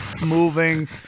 moving